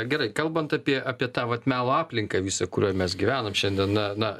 gerai kalbant apie apie tą vat melo aplinką visą kurioj mes gyvenam šiandien na na